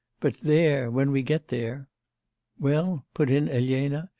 but there, when we get there well? put in elena,